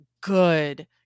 good